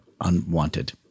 unwanted